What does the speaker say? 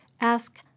Ask